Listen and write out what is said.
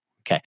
Okay